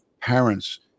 parents